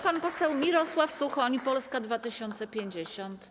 Pan poseł Mirosław Suchoń, Polska 2050.